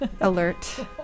alert